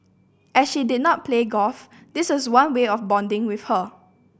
as she did not play golf this was one way of bonding with her